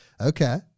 Okay